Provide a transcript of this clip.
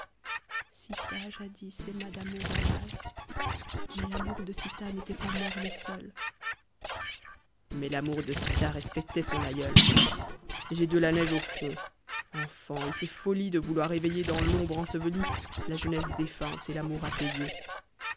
sita jadis aima d'amour un mage mais l'amour de sita n'était pas morne et seul myrdhinn mais l'amour de sita respectait son aïeui j'ai de la neige au front enfant et c'est folie de vouloir éveiller dans l'ombre ensevelie la jeunesse défunte et l'amour apaisé